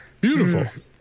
Beautiful